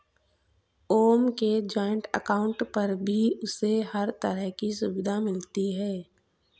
ओम के joint account पर भी उसे हर तरह की सुविधा मिलती है